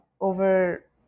over